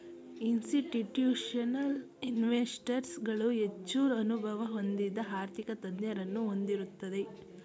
institutional investors ಗಳು ಹೆಚ್ಚು ಅನುಭವ ಹೊಂದಿದ ಆರ್ಥಿಕ ತಜ್ಞರನ್ನು ಹೊಂದಿರುತ್ತದೆ